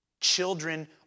Children